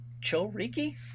Choriki